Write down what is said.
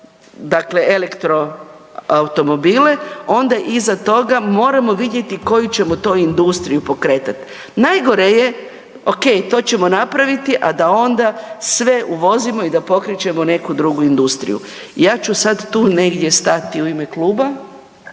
dakle elektroautomobile onda iza toga moramo vidjeti koju ćemo to industriju pokretat. Najgore je, okej to ćemo napraviti, a da onda sve uvozimo i da pokrećemo neku drugu industriju. Ja ću sad tu negdje stati u ime kluba,